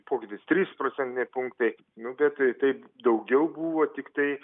pokytis trys procentiniai punktai nu bet tai taip daugiau buvo tiktai